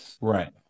Right